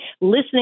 listening